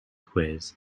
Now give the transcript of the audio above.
quiz